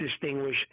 distinguish